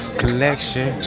collection